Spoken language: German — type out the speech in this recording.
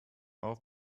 auf